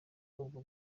ubwo